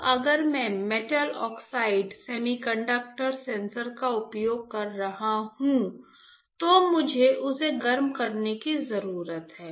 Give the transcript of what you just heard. अब अगर मैं मेटल ऑक्साइड सेमीकंडक्टर सेंसर का उपयोग कर रहा हूं तो मुझे उसे गर्म करने की जरूरत है